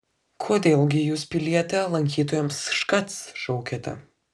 kodėl gi jūs piliete lankytojams škac šaukiate